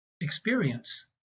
experience